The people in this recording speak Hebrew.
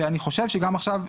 ואני חושש שגם עכשיו,